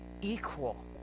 equal